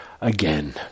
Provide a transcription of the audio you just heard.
again